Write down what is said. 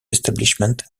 establishment